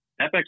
FX